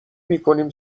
میکنیم